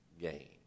gain